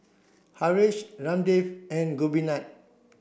Haresh Ramdev and Gopinath